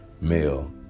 male